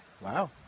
Wow